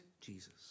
Jesus